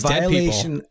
violation